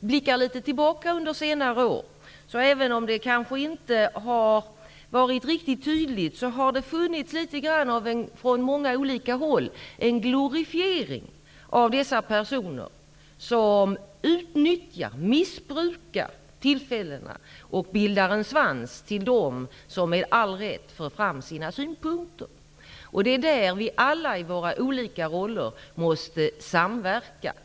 blickar tillbaka under senare år har det, även om det kanske inte har varit riktigt tydligt, funnits litet grand av en glorifiering av de personer som utnyttjar och missbrukar tillfällena och bildar en svans till dem som med all rätt för fram sina synpunkter. Det är där vi alla måste samverka i våra olika roller.